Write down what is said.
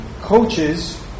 coaches